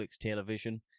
television